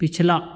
पिछला